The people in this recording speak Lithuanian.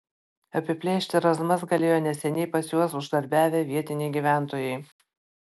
apiplėšti razmas galėjo neseniai pas juos uždarbiavę vietiniai gyventojai